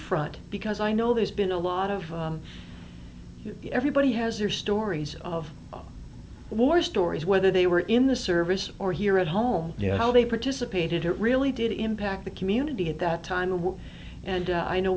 front because i know there's been a lot of everybody has their stories of war stories whether they were in the service or here at home you know how they participated it really did impact the community at that time and